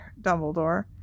Dumbledore